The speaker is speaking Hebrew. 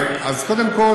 אז קודם כול,